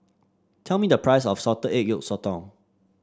tell me the price of Salted Egg Yolk Sotong